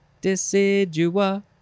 Decidua